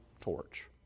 torch